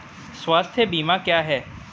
स्वास्थ्य बीमा क्या है?